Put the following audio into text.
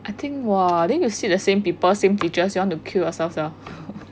I think !wah! then you see the same people same teacher you want to kill yourself sia